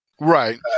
Right